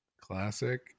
Classic